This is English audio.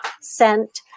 scent